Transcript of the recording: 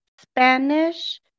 Spanish